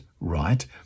right